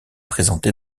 présenté